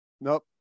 Nope